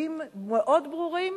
קווים מאוד ברורים,